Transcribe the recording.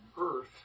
earth